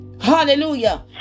Hallelujah